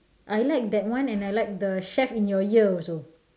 I like that one and I like the chef in your ear also